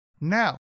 Now